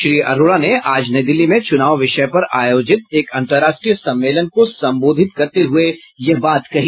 श्री अरोड़ा ने आज नई दिल्ली में चुनाव विषय पर आयोजित एक अन्तर्राष्ट्रीय सम्मेलन को सम्बोधित करते हुए यह बात कही